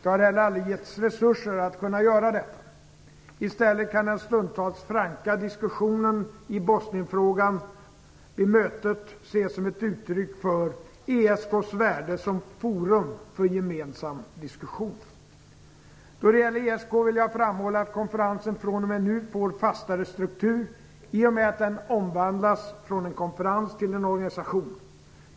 Det har heller aldrig givits resurser för att kunna göra detta. I stället kan den stundtals franka diskussionen i Bosnienfrågan vid mötet ses som ett uttryck för ESK:s värde som forum för gemensam diskussion. Då det gäller ESK vill jag framhålla att konferensen fr.o.m. nu får fastare struktur i och med att den omvandlas från en konferens till en organisation.